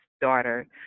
daughter